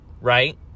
right